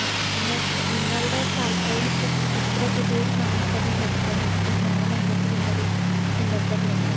ആ നിങ്ങൾക്ക് നിങ്ങളുടെ താൽപ്പര്യം അനുസരിച്ചിട്ട് ഇത്ര തുകയിൽ നമുക്ക് അത് നിർത്തണം പിന്നെ അങ്ങനെ എന്തെങ്കിലും ഒരു നിബന്ധന ഉണ്ടോ